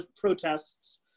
protests